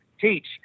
teach